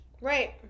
Right